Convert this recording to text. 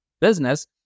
business